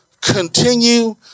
Continue